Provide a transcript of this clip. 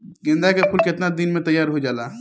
गेंदा के फूल केतना दिन में तइयार हो जाला?